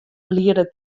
liede